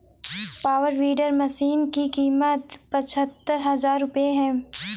power weeder machine की कीमत पचहत्तर हजार रूपये है